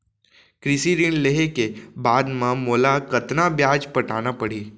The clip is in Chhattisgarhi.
कृषि ऋण लेहे के बाद म मोला कतना ब्याज पटाना पड़ही?